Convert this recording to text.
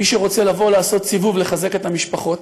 מי שרוצה לבוא לעשות סיבוב לחזק את המשפחות,